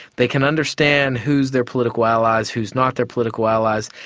they can understand who's their political allies who's not their political allies.